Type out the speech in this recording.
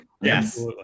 Yes